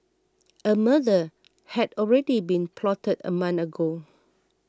a murder had already been plotted a month ago